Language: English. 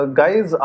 guys